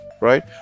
right